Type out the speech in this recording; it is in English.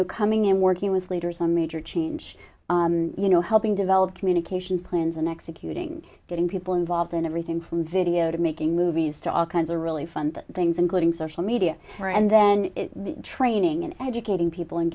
know coming in working with leaders on major change you know helping develop communication plans and executing getting people involved in everything from video to making movies to all kinds are really fun things including social media here and then training educating people and